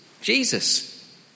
Jesus